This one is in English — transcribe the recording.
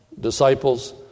disciples